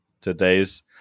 today's